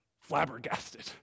flabbergasted